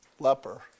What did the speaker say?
leper